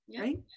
right